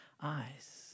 eyes